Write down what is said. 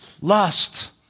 Lust